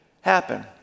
happen